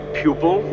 pupil